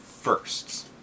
firsts